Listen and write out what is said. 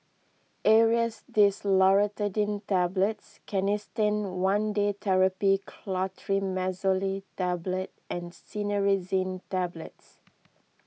Aerius DesloratadineTablets Canesten one Day therapy Clotrimazole Tablet and Cinnarizine Tablets